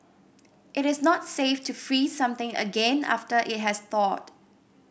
it is not safe to freeze something again after it has thawed